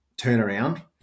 turnaround